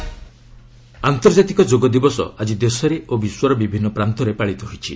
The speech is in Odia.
ଯୋଗ ଆନ୍ତର୍ଜାତିକ ଯୋଗ ଦିବସ ଆଜି ଦେଶରେ ଓ ବିଶ୍ୱର ବିଭିନ୍ନ ପ୍ରାନ୍ତରେ ପାଳିତ ହୋଇଛି